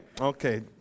Okay